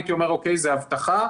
הייתי אומר: זו הבטחה,